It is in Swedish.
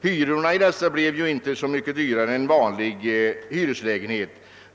Hyrorna i dessa blev inte så mycket dyrare än för en vanlig hyreslägenhet.